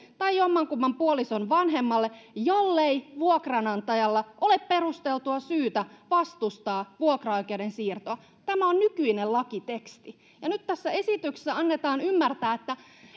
tai jommankumman puolison vanhemmalle jollei vuokranantajalla ole perusteltua syytä vastustaa vuokraoikeuden siirtoa tämä on nykyinen lakiteksti ja nyt tässä esityksessä annetaan ymmärtää että